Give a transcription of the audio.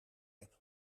heb